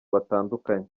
batandukanye